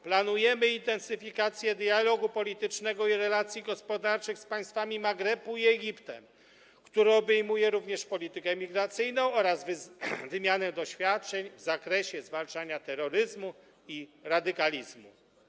Planujemy intensyfikację dialogu politycznego i relacji gospodarczych z państwami Maghrebu i Egiptem, który obejmuje również politykę migracyjną oraz wymianę doświadczeń w zakresie zwalczania terroryzmu i radykalizmu.